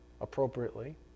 appropriately